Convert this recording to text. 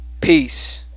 Peace